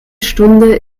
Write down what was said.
stunde